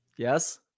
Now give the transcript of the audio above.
Yes